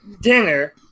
dinner